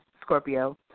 Scorpio